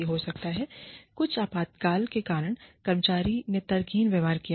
हो सकता है कुछ आपातकाल के कारण कर्मचारी ने तर्कहीन व्यवहार किया हो